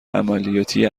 عملیاتی